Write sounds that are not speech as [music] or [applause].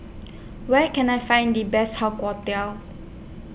Where Can I Find The Best How [unintelligible]